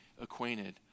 acquainted